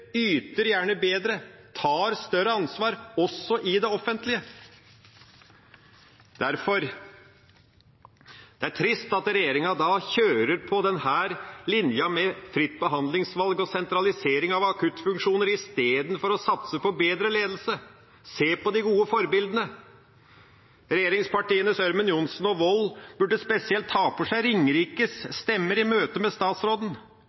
yter gjerne bedre og tar større ansvar, også i det offentlige – derfor. Det er trist at regjeringa da kjører på denne linja med fritt behandlingsvalg og sentralisering av akuttfunksjoner istedenfor å satse på bedre ledelse og se på de gode forbildene. Regjeringspartienes Ørmen Johnsen og Wold burde spesielt ta for seg Ringerikes stemmer i møte med statsråden.